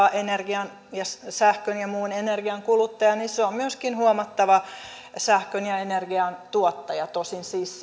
on paitsi huomattava sähkön ja muun energian kuluttaja myöskin huomattava sähkön ja energian tuottaja tosin siis